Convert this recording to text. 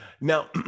Now